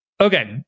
Okay